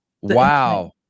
Wow